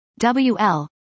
WL